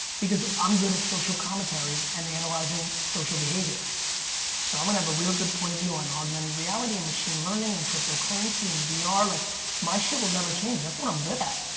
because i'm good at social commentary and analyzing social behavior so i'm gonna have a real good point of view on augmented reality and machine learning and cryptocurrency and ah vr, like my shit will never change. that's what i'm good at.